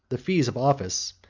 the fees of office,